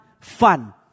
fun